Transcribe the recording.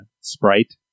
sprite